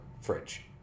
fridge